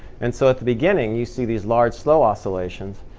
and so at the beginning, you see these large, slow oscillations.